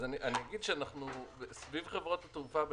אני אגיד שאנחנו סביב חברות התעופה,